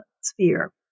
sphere